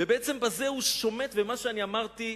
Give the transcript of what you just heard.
ובעצם בזה הוא שומט, ומה שאמרתי,